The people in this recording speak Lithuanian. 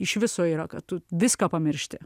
iš viso yra kad tu viską pamiršti